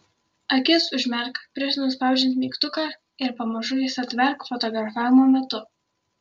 akis užmerk prieš nuspaudžiant mygtuką ir pamažu jas atverk fotografavimo metu